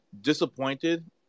disappointed